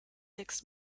six